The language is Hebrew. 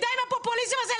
די עם הפופוליזם הזה.